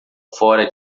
fora